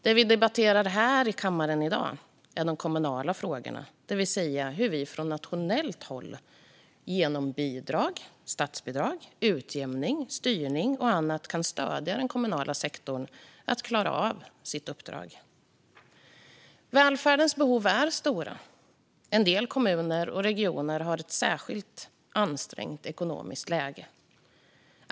Det vi debatterar här i kammaren i dag är de kommunala frågorna, det vill säga hur vi från nationellt håll genom statsbidrag, utjämning, styrning och annat kan stödja den kommunala sektorn att klara av sitt uppdrag. Välfärdens behov är stora. En del kommuner och regioner har ett särskilt ansträngt ekonomiskt läge.